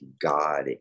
god